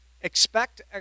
expect